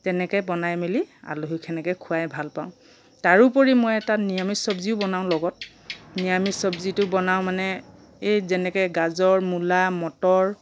তেনেকৈ বনাই মেলি আলহীক তেনেকৈ খোৱাই ভাল পাওঁ তাৰোপৰি মই এটা নিৰামিষ চবজিও বনাও লগত নিৰামিষ চবজিটো বনাও মানে এই যেনেকৈ গাজৰ মূলা মটৰ